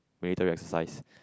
military exercise